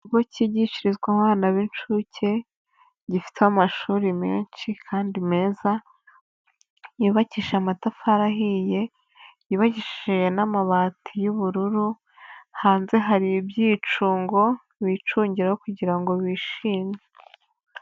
Ikigo cyigishirizwa abana b'incuke, gifite amashuri menshi kandi meza, yubakije amatafari ahiye, yubakishi n'amabati y'ubururu, hanze hari ibyicungo, bicungiraho kugira ngo bishime.